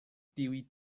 tiuj